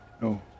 No